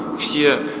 see it.